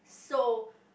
so